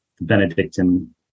Benedictine